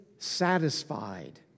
satisfied